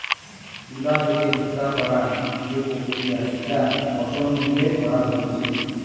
তুলো থেকে সুতো করার যে প্রক্রিয়া সেটা কটন মিল এ করা হতিছে